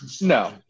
No